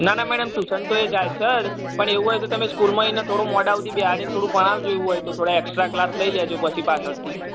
ના ના madam tuition તો એ જાય છે જ પણ એવું હોય તો તમે સ્કૂલમાં એને થોડું મોડા સુધી બેસાડીને થોડું ભણાવજો એવું હોય તો થોડા એક્સટ્રા ક્લાસ લઇ લેજો પછી પાછળથી